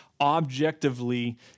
objectively